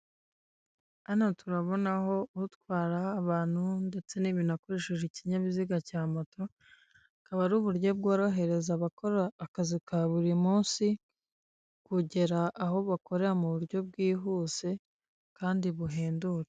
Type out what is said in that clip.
Hano turabonaho utwara abantu ndetse n'ibintu akoresheje ikinyabiziga cya moto, akaba ari uburyo bworohereza abakora akazi ka buri munsi, kugera aho bakorera mu buryo bwihuse, kandi buhendutse.